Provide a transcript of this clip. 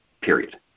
period